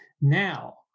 Now